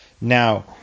Now